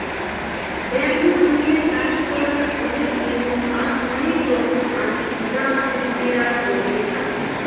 bamboo নিয়ে কাজ করার অনেক নিয়ম আর রকম আছে যা শিল্পীরা করে থাকে